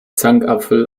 zankapfel